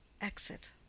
Exit